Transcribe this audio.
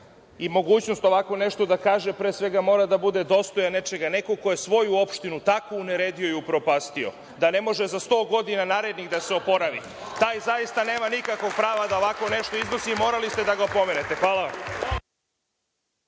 i mogućnost ovako nešto da kaže, pre svega mora da bude dostojan nečega. Neko ko je svoju opštinu tako uneredio i upropastio da ne može za 100 godina narednih da se oporavi, taj zaista nema nikakvog prava da ovako nešto iznosi i morali ste da ga opomenete. Hvala vam.